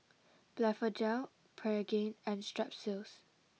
Blephagel Pregain and Strepsils